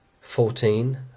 Fourteen